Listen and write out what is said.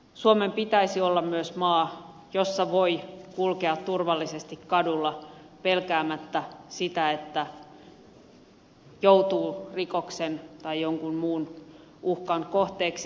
suomen pitäisi olla myös maa jossa voi kulkea turvallisesti kadulla pelkäämättä sitä että joutuu rikoksen tai jonkun muun uhkan kohteeksi